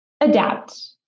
adapt